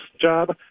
job